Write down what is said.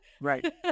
Right